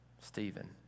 Stephen